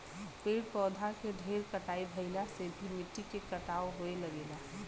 पेड़ पौधा के ढेर कटाई भइला से भी मिट्टी के कटाव होये लगेला